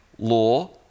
Law